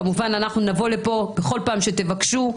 כמובן אנחנו נבוא לפה בכל פעם שתבקשו,